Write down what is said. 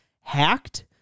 hacked